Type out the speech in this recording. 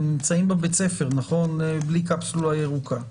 הם הרי נמצאים בבית הספר בלי קפסולה ירוקה.